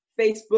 Facebook